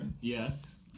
Yes